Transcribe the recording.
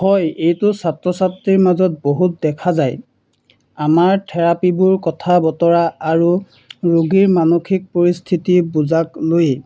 হয় এইটো ছাত্ৰ ছাত্ৰীৰ মাজত বহুত দেখা যায় আমাৰ থেৰাপীবোৰ কথা বতৰা আৰু ৰোগীৰ মানসিক পৰিস্থিতি বুজাক লৈয়েই